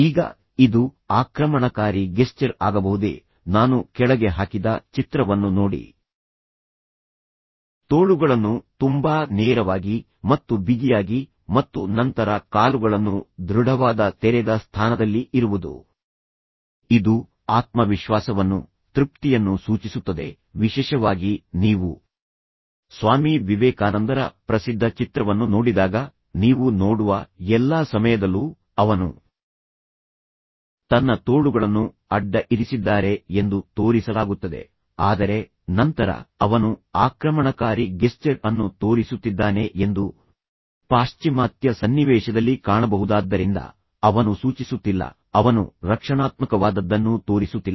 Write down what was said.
ಈಗ ಇದು ಆಕ್ರಮಣಕಾರಿ ಗೆಸ್ಚರ್ ಆಗಬಹುದೇ ನಾನು ಕೆಳಗೆ ಹಾಕಿದ ಚಿತ್ರವನ್ನು ನೋಡಿ ತೋಳುಗಳನ್ನು ತುಂಬಾ ನೇರವಾಗಿ ಮತ್ತು ಬಿಗಿಯಾಗಿ ಮತ್ತು ನಂತರ ಕಾಲುಗಳನ್ನು ದೃಢವಾದ ತೆರೆದ ಸ್ಥಾನದಲ್ಲಿ ಇರುವುದು ಇದು ಆತ್ಮವಿಶ್ವಾಸವನ್ನು ತೃಪ್ತಿಯನ್ನು ಸೂಚಿಸುತ್ತದೆ ವಿಶೇಷವಾಗಿ ನೀವು ಸ್ವಾಮಿ ವಿವೇಕಾನಂದರ ಪ್ರಸಿದ್ಧ ಚಿತ್ರವನ್ನು ನೋಡಿದಾಗ ನೀವು ನೋಡುವ ಎಲ್ಲಾ ಸಮಯದಲ್ಲೂ ಅವನು ತನ್ನ ತೋಳುಗಳನ್ನು ಅಡ್ಡ ಇರಿಸಿದ್ದಾರೆ ಎಂದು ತೋರಿಸಲಾಗುತ್ತದೆ ಆದರೆ ನಂತರ ಅವನು ಆಕ್ರಮಣಕಾರಿ ಗೆಸ್ಚರ್ ಅನ್ನು ತೋರಿಸುತ್ತಿದ್ದಾನೆ ಎಂದು ಪಾಶ್ಚಿಮಾತ್ಯ ಸನ್ನಿವೇಶದಲ್ಲಿ ಕಾಣಬಹುದಾದ್ದರಿಂದ ಅವನು ಸೂಚಿಸುತ್ತಿಲ್ಲ ಅವನು ರಕ್ಷಣಾತ್ಮಕವಾದದ್ದನ್ನೂ ತೋರಿಸುತ್ತಿಲ್ಲ